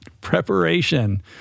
Preparation